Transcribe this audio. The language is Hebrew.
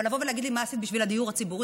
אבל להגיד לי: מה עשית בשביל הדיור הציבורי,